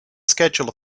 schedule